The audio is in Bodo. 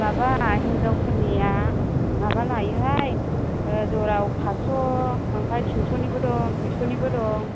माबा हिन्जावफोरनिया माबा लायोहाय ज'रायाव फासस' ओमफ्राय थिनस'निबो दं दुइस'निबो दं